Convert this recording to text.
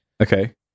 Okay